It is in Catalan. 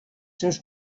seus